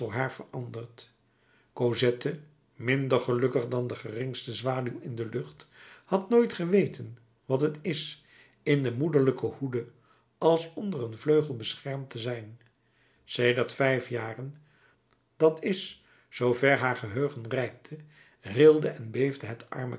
haar veranderd cosette minder gelukkig dan de geringste zwaluw in de lucht had nooit geweten wat het is in de moederlijke hoede als onder een vleugel beschermd te zijn sedert vijf jaren dat is zoo ver haar geheugen reikte rilde en beefde het arme